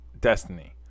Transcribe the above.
destiny